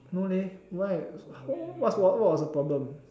no leh why what what what was the problem